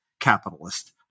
capitalist